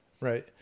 right